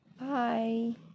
Bye